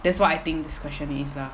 that's what I think this question is lah